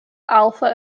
alpha